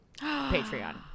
patreon